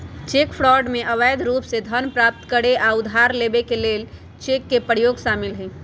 cheque fraud में अवैध रूप से धन प्राप्त करे आऽ उधार लेबऐ के लेल चेक के प्रयोग शामिल हइ